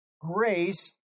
grace